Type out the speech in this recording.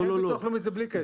זכאי ביטוח לאומי זה בלי קשר.